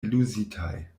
eluzitaj